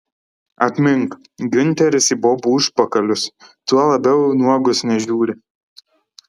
atmink giunteris į bobų užpakalius tuo labiau nuogus nežiūri